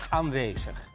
aanwezig